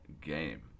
game